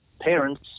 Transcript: parents